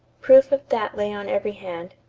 proof of that lay on every hand.